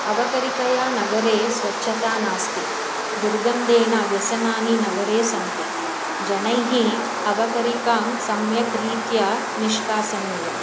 अवकरिकया नगरे स्वच्छता नास्ति दुर्गन्धेन व्यसनानि नगरे सन्ति जनैः अवकरिकां सम्यक् रीत्या निष्कासनीयं